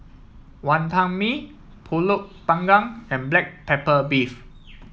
Wonton Mee pulut Panggang and Black Pepper Beef